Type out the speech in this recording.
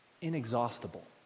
inexhaustible